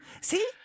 See